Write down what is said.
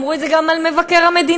אמרו את זה גם על מבקר המדינה,